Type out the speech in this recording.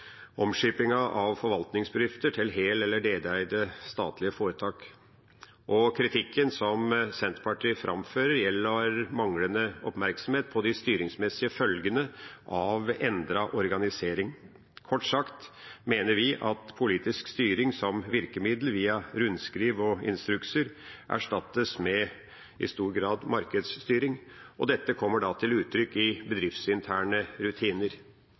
av forvaltningsbedrifter til hel- eller deleide statlige foretak. Og kritikken som Senterpartiet framfører, gjelder manglende oppmerksomhet på de styringsmessige følgene av endret organisering. Kort sagt mener vi at politisk styring som virkemiddel via rundskriv og instrukser i stor grad erstattes med markedsstyring, og dette kommer da til uttrykk i bedriftsinterne rutiner.